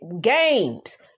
games